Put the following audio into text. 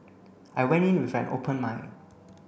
I went in with an open mind